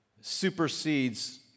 supersedes